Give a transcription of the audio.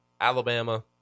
Alabama